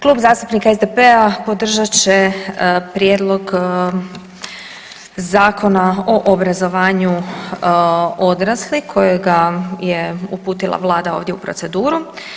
Klub zastupnika SDP-a podržat će prijedlog Zakona o obrazovanju odraslih kojega je uputila vlada ovdje u proceduru.